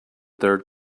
third